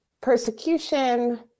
persecution